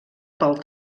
pel